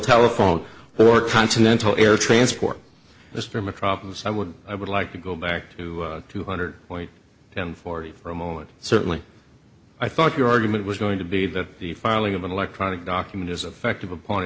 telephone or continental air transport mr metropolis i would i would like to go back to two hundred point and for you for a moment certainly i thought your argument was going to be that the filing of an electronic document is affective upon